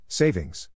savings